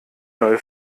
neue